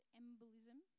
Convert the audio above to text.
embolism